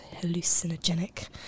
hallucinogenic